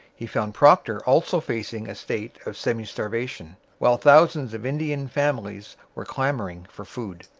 he found procter also facing a state of semi-starvation, while thousands of indian families were clamouring for food.